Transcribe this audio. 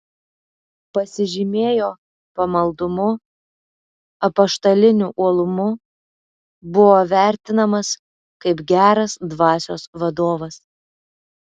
pasižymėjo pamaldumu apaštaliniu uolumu buvo vertinamas kaip geras dvasios vadovas